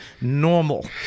normal